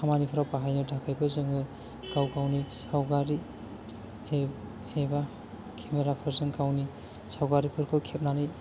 खामानिफोराव बाहायनो थाखायबो जोङो गाव गावनि सावगारि एबा खेमेरा फोरजों गावनि सावगारिफोरखौ खेबनानै